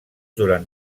durant